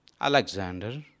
Alexander